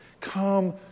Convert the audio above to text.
Come